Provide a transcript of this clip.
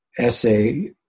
essay